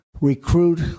recruit